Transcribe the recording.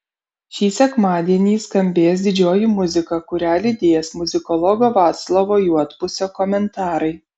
šį sekmadienį skambės didžioji muzika kurią lydės muzikologo vaclovo juodpusio komentarai